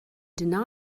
denial